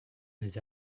des